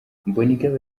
mbonigaba